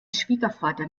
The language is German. schwiegervater